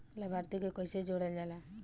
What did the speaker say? लभार्थी के कइसे जोड़ल जाला?